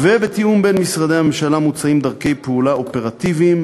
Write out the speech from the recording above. ובתיאום בין משרדי הממשלה מוצעות דרכי פעולה אופרטיביים